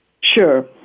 Sure